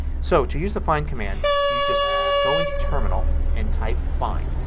so to use the find command you just go into terminal and type find.